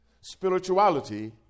spirituality